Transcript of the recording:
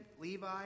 Levi